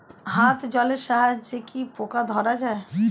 হাত জলের সাহায্যে কি পোকা ধরা যায়?